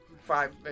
five